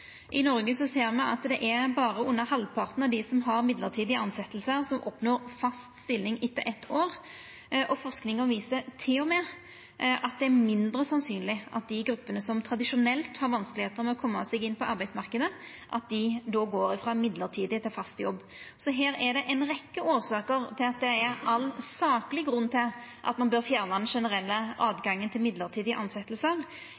I Noreg ser me at det berre er under halvparten av dei som er mellombels tilsette, som oppnår fast stilling etter eitt år. Forskinga viser til og med at det er mindre sannsynleg at dei gruppene som tradisjonelt har vanskar med å koma seg inn på arbeidsmarknaden, går frå mellombels til fast jobb. Så her er det ei rekkje årsaker til at det er all sakleg grunn til at ein bør fjerna den generelle